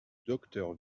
docteur